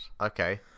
Okay